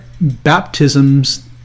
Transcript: baptisms